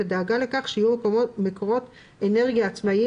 ודאגה לכך שיהיו מקורות אנרגיה עצמאיים